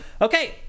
Okay